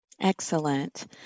Excellent